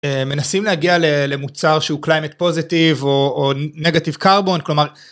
מנסים להגיע למוצר שהוא קלימט פוזיטיב או נגטיב קרבון כלומר.